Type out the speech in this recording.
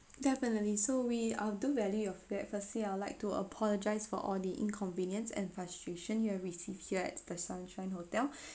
definitely so we are do value your feedback firstly I would like to apologise for all the inconvenience and frustration you had received here at the sunshine hotel